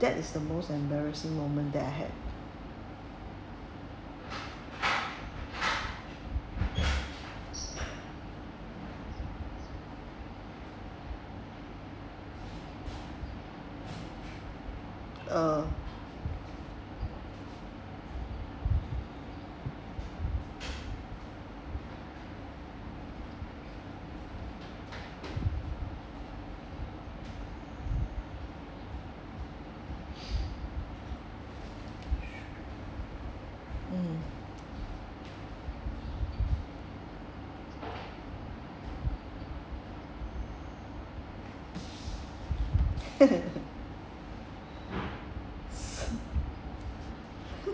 that is the most embarrassing moment that I had uh